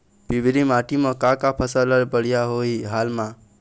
पिवरी माटी म का का फसल हर बढ़िया होही हाल मा?